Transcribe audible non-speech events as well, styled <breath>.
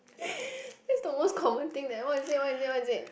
<breath> that's the most common thing than what is it what is it what is it